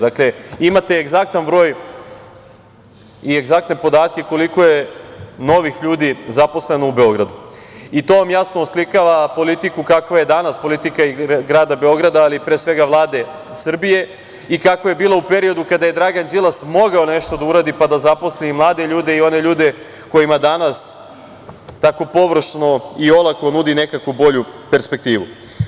Dakle, imate egzaktan broj i egzaktne podatke koliko je novih ljudi zaposlenih u Beogradu i to vam jasno oslikava politiku kakva je danas politika grada Beograda, ali pre svega Vlade Srbije i kakva je bila u periodu kada je Dragan Đilas mogao nešto da uradi, pa da zaposli i mlade ljude i one ljude kojima danas takav površno i olako nudi nekakvu bolju perspektivu.